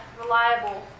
reliable